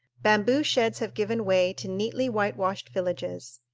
bamboo sheds have given way to neatly whitewashed villages,